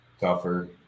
tougher